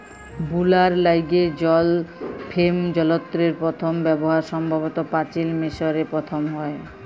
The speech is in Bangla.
বুলার ল্যাইগে জল ফেম যলত্রের পথম ব্যাভার সম্ভবত পাচিল মিশরে পথম হ্যয়